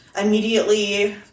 immediately